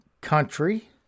country